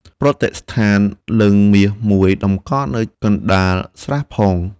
ប្រតិស្ឋានលិង្គមាសមួយតម្កល់នៅកណ្ដាលស្រះផង